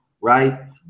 right